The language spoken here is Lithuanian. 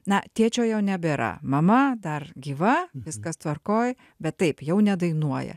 na tėčio jau nebėra mama dar gyva viskas tvarkoj bet taip jau nedainuoja